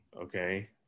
Okay